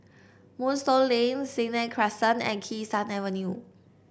Moonstone Lane Senang Crescent and Kee Sun Avenue